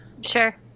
Sure